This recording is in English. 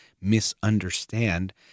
misunderstand